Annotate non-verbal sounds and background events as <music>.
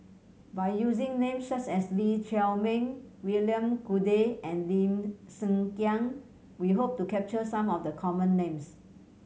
by using names such as Lee Chiaw Meng William Goode and Lim <unintelligible> Kiang we hope to capture some of the common names